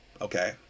Okay